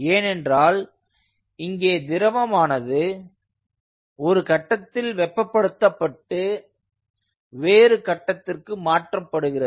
ஏனென்றால் இங்கே திரவமானது ஒரு கட்டத்தில் வெப்பபடுத்தப்பட்டு வேறு கட்டத்திற்கு மாற்றப்படுகிறது